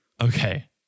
okay